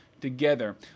together